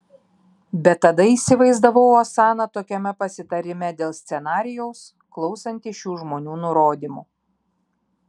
bet tada įsivaizdavau osaną tokiame pasitarime dėl scenarijaus klausantį šių žmonių nurodymų